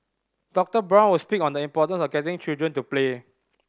Doctor Brown will speak on the importance of getting children to play